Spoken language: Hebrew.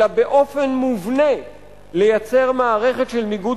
אלא באופן מובנה לייצר מערכת של ניגוד